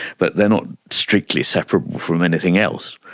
but they're not strictly separable from anything else.